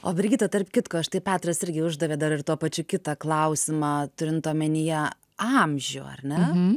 o brigita tarp kitko štai petras irgi uždavė dar ir tuo pačiu kitą klausimą turint omenyje amžių ar ne